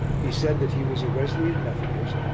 he said that he was a wesleyan methodist,